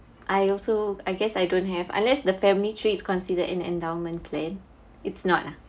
I also I guess I don't have unless the family tree is considered an endowment plan it's not ah